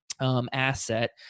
asset